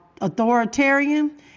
authoritarian